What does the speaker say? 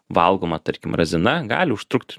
valgoma tarkim razina gali užtrukt